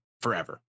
forever